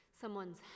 someone's